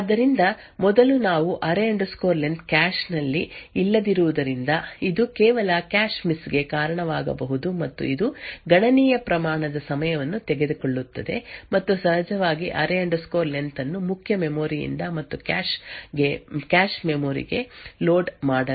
ಆದ್ದರಿಂದ ಮೊದಲು ನಾವು array len array len cache ನಲ್ಲಿ ಇಲ್ಲದಿರುವುದರಿಂದ ಇದು ಕೆಲವು ಕ್ಯಾಶ್ ಮಿಸ್ ಗೆ ಕಾರಣವಾಗಬಹುದು ಮತ್ತು ಇದು ಗಣನೀಯ ಪ್ರಮಾಣದ ಸಮಯವನ್ನು ತೆಗೆದುಕೊಳ್ಳುತ್ತದೆ ಮತ್ತು ಸಹಜವಾಗಿ ಅರೇ ಲೆನ್ array len ಅನ್ನು ಮುಖ್ಯ ಮೆಮೊರಿಯಿಂದ ಮತ್ತು ಕ್ಯಾಶ್ ಮೆಮೊರಿ ಗೆ ಲೋಡ್ ಮಾಡುತ್ತದೆ